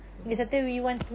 mmhmm